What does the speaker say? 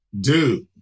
dude